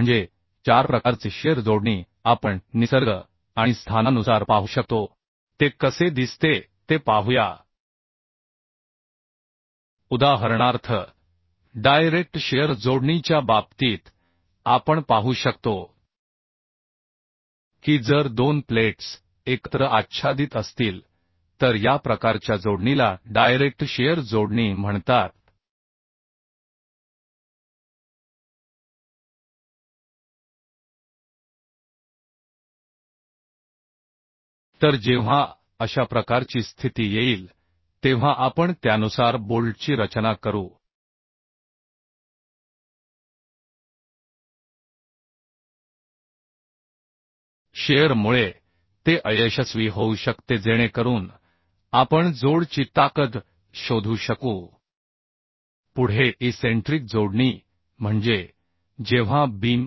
म्हणजे चार प्रकारचे शिअर जोडणी आपण त्याचा प्रकारआणि स्थानानुसार पाहू शकतो ते कसे दिसते ते पाहूया उदाहरणार्थ डायरेक्ट शिअर जोडणीच्या बाबतीत आपण पाहू शकतो की जर दोन प्लेट्स एकत्र आच्छादित असतील तर या प्रकारच्या जोडणीला डायरेक्ट शिअर जोडणीं म्हणतात तर जेव्हा अशा प्रकारची स्थिती येईल तेव्हा आपण त्यानुसार बोल्टची रचना करू शिअर मुळे ते अयशस्वी होऊ शकते जेणेकरून आपण जोड ची ताकद शोधू शकू पुढे ईसेंट्रिक जोडणी म्हणजे जेव्हा बीम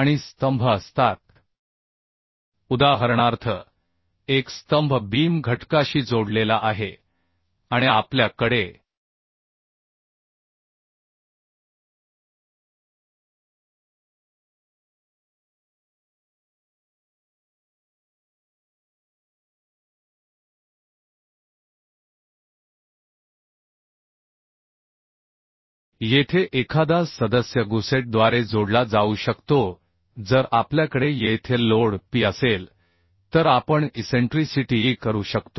आणि स्तंभ असतात उदाहरणार्थ एक स्तंभ बीम घटकाशी जोडलेला आहे आणि आपल्या कडे येथे एखादा सदस्य गुसेटद्वारे जोडला जाऊ शकतो जर आपल्याकडे येथे लोड P असेल तर आपण इसेंट्रीसिटी e करू शकतो